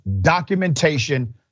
documentation